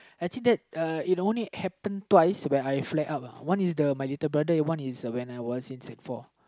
actually that uh it only happen twice when I flag up uh one is the my little brother and one is uh when I was in sec four